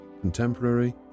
contemporary